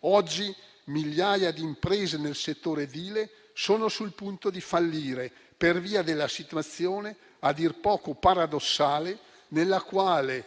Oggi migliaia di imprese nel settore edile sono sul punto di fallire per via della situazione a dir poco paradossale nella quale